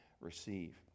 receive